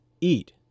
Eat